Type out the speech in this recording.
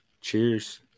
Cheers